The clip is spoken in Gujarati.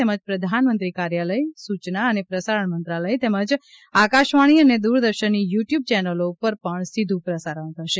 તેમજ પ્રધાનમંત્રી કાર્યાલય સુચના અને પ્રસારણ મંત્રાલય તેમજ આકાશવાણી અને દુરદર્શનની યુ ટયુબ ચેનલો પર પણ સીધુ પ્રસારણ થશે